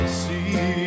see